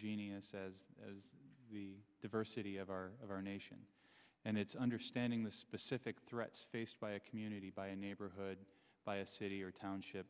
heterogeneous says as the diversity of our of our nation and it's understanding the specific threats faced by a community by a neighborhood by a city or township